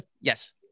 Yes